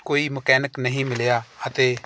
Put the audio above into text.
ਕੋਈ ਮਕੈਨਿਕ ਨਹੀਂ ਮਿਲਿਆ ਅਤੇ